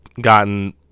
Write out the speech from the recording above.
gotten